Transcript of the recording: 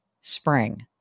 spring